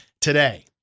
today